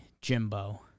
Jimbo